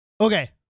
Okay